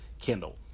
Kindle